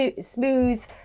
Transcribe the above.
smooth